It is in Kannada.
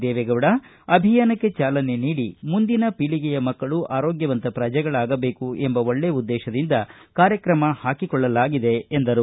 ದೇವೇಗೌಡ ಅಭಿಯಾನಕ್ಕೆ ಚಾಲನೆ ನೀಡಿ ಮುಂದಿನ ಪೀಳಿಗೆ ಮಕ್ಕಳು ಆರೋಗ್ಲವಂತ ಪ್ರಜೆಗಳಾಗದೇಕು ಎಂಬ ಒಳ್ಳೆ ಉದ್ದೇಶದಿಂದ ಕಾರ್ಯಕ್ರಮ ಹಾಕಿಕೊಳ್ಳಲಾಗಿದೆ ಎಂದರು